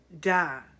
die